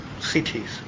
cities